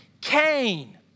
Cain